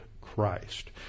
Christ